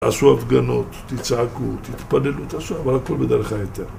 עשו הפגנות, תצעקו, תתפללו, אבל רק פה בדרך היתר.